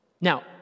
Now